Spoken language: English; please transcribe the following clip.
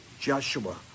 Joshua